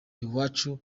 iwacu